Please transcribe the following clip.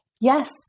Yes